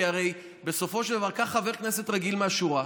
כי הרי בסופו של דבר, קח חבר כנסת רגיל מהשורה,